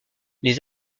les